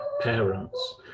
parents